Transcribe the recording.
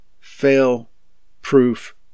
fail-proof